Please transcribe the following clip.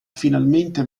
finalmente